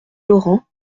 laurent